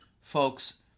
folks